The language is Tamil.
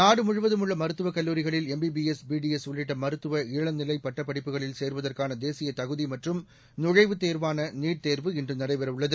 நாடுமுழுவதும் உள்ள மருத்துவக் கல்லூரிகளில் எம்பிபிஎஸ் பிடிஎஸ் உள்ளிட்ட மருத்துவ இளநிலை பட்டப் படிப்புகளில் சேருவதற்கான தேசிய தகுதி மற்றும் நுழைவுத் தேர்வாள நீட் தேர்வு இன்று நடைபெறவுள்ளது